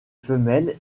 femelles